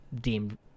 deemed